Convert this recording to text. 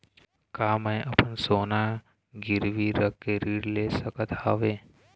का मैं अपन सोना गिरवी रख के ऋण ले सकत हावे?